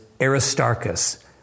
Aristarchus